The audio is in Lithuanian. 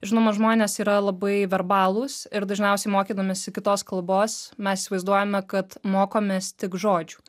žinoma žmonės yra labai verbalūs ir dažniausiai mokydamiesi kitos kalbos mes įsivaizduojame kad mokomės tik žodžių